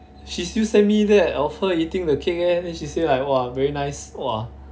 she's still send me that of her eating the cake eh then she say like !wah! very nice !wah!